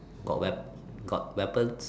got wep got weapons